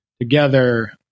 together